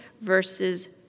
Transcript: versus